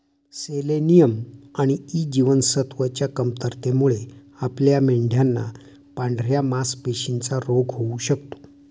selenium आणि E जीवनसत्वच्या कमतरतेमुळे आपल्या मेंढयांना पांढऱ्या मासपेशींचा रोग होऊ शकतो